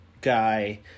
guy